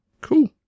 Cool